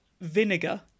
vinegar